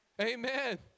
Amen